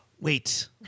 wait